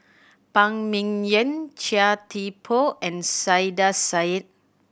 Phan Ming Yen Chia Thye Poh and Saiedah Said